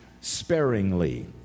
sparingly